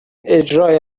اجرای